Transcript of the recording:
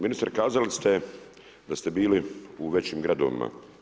Ministre, kazali ste da ste bili u većim gradovima.